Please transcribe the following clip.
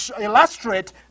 illustrate